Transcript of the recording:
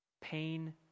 Pain